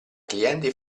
clienti